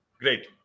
Great